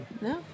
No